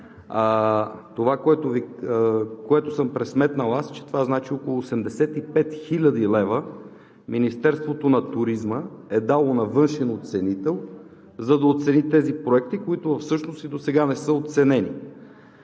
това, което съм пресметнал аз, означава около 85 хил. лв. Министерството на туризма е дало на външен оценител, за да оцени тези проекти, които всъщност и досега не са оценени.